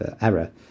error